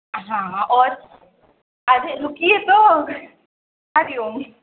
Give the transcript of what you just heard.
हा हा और अरे रुकिये तो हरि ओम